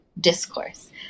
discourse